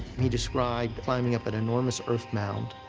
he described climbing up an enormous earth mound.